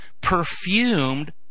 perfumed